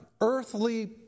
earthly